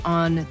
on